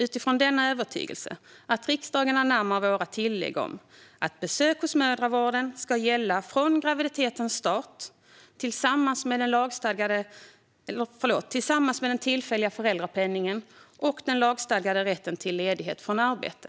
Utifrån denna övertygelse föreslår vi att riksdagen antar våra tillägg att besök hos mödravården ska gälla från graviditetens start med tillfällig föräldrapenning och lagstadgad rätt till ledighet från arbete.